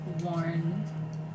worn